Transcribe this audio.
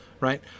Right